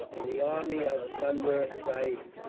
and the army of chunda sahib,